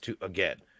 again